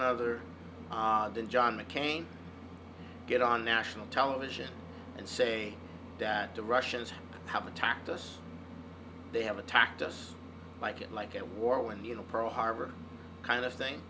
other than john mccain get on national television and say that the russians have attacked us they have attacked us like it like a war when the in a pearl harbor kind of thing